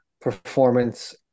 performance